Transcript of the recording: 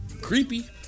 creepy